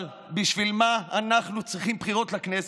אבל בשביל מה אנחנו צריכים בחירות לכנסת?